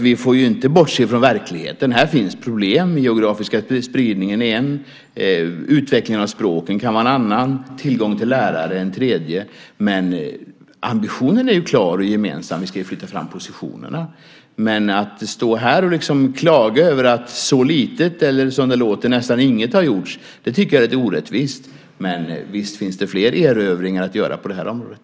Vi får inte bortse från verkligheten. Här finns problem. Den geografiska spridningen är ett, utvecklingen av språken kan vara ett annat och tillgången till lärare ett tredje, men ambitionen är ju klar och gemensam. Vi ska flytta fram positionerna. Men att stå här och liksom klaga över att så litet eller, som det låter, nästan inget har gjorts tycker jag är orättvist. Men visst finns det fler erövringar att göra på det här området.